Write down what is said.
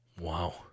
Wow